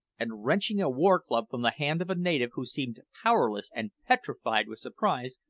and wrenching a war-club from the hand of a native who seemed powerless and petrified with surprise,